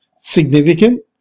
significant